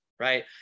Right